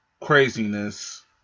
craziness